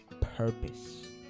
purpose